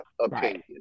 opinion